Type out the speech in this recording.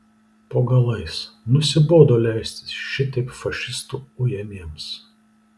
po galais nusibodo leistis šitaip fašistų ujamiems